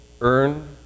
earn